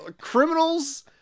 criminals